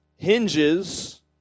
hinges